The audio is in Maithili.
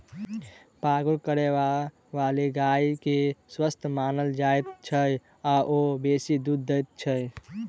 पागुर करयबाली गाय के स्वस्थ मानल जाइत छै आ ओ बेसी दूध दैत छै